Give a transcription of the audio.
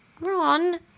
Ron